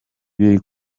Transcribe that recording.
biri